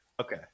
okay